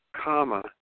comma